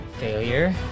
Failure